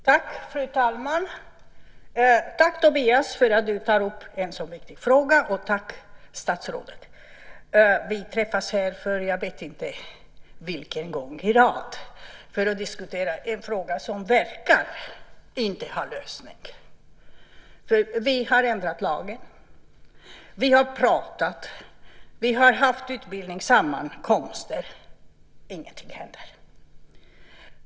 Fru talman! Tack, Tobias, för att du tar upp en så viktig fråga, och tack statsrådet. Vi träffas för jag vet inte vilken gång i ordningen för att diskutera en fråga som inte verkar ha någon lösning. Vi har ändrat lagen. Vi har pratat. Vi har haft utbildningssammankomster. Men ingenting händer.